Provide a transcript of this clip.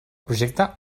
projecte